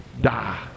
die